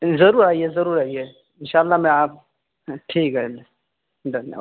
ضرور آئیے ضرور آئیے ان شاء اللہ میں آپ ٹھیک ہے دھنیہ واد